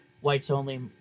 whites-only